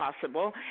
possible